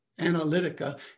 analytica